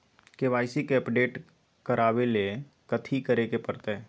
KYC के update करवावेला कथि करें के परतई?